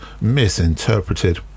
misinterpreted